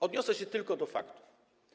Odniosę się tylko do faktów.